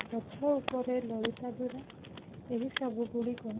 ବୋଝ ଉପରେ ଲଳିତାବିଡ଼ା ଏହି ସବୁ ଗୁଡ଼ିକ